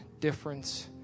difference